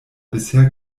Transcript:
bisher